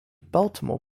baltimore